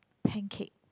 pancake